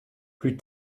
plus